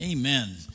amen